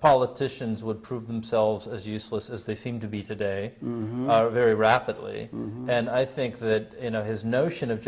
politicians would prove themselves as useless as they seem to be today very rapidly and i think that you know his notion of